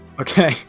Okay